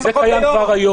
אבל זה קיים כבר היום.